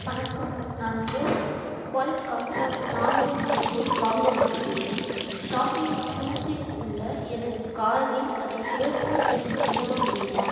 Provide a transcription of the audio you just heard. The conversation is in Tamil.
வணக்கம் நான் போஸ் கொய்ட் கம்ஃபர்ட் நான்கு ஐந்தை வாங்க விரும்புகிறேன் ஷாப்பிங் க்ளூஸில் உள்ள எனது கார்ட்டில் அதைச் சேர்த்து எனக்கு உதவ முடியுமா